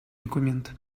документ